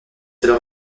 alors